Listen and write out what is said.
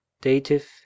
Dative